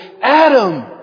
Adam